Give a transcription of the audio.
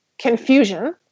confusion